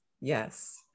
yes